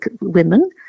women